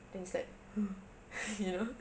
then it's like hmm you know